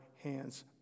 hands